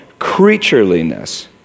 creatureliness